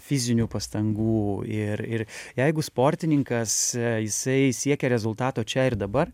fizinių pastangų ir ir jeigu sportininkas jisai siekia rezultato čia ir dabar